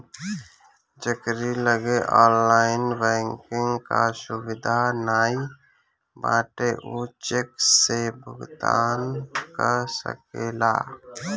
जेकरी लगे online banking कअ सुविधा नाइ बाटे उ चेक से भुगतान कअ सकेला